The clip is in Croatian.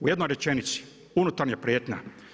U jednoj rečenici unutarnja prijetnja.